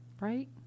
Right